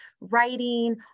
writing